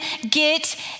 get